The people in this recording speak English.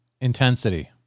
Intensity